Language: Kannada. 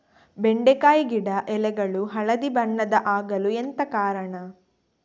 ಬೆಂಡೆಕಾಯಿ ಗಿಡ ಎಲೆಗಳು ಹಳದಿ ಬಣ್ಣದ ಆಗಲು ಎಂತ ಕಾರಣ?